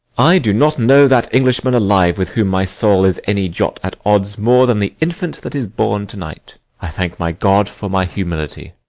i do not know that englishman alive with whom my soul is any jot at odds more than the infant that is born to-night i thank my god for my humility.